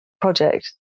project